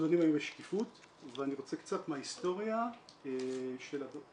אנחנו מדברים היום על שקיפות ואני רוצה קצת מההיסטוריה של הדוחות,